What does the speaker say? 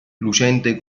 lucente